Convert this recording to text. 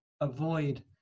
avoid